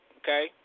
Okay